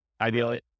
ideally